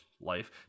life